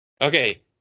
Okay